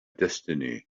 destiny